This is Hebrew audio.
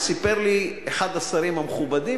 סיפר לי אחד השרים המכובדים